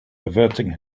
averting